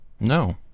No